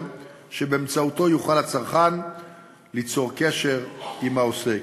שבאמצעותו יוכל הצרכן ליצור קשר עם העוסק.